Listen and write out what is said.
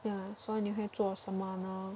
ya 所以你会做什么呢